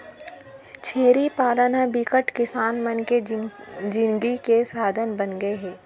छेरी पालन ह बिकट किसान मन के जिनगी के साधन बनगे हे